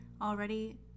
already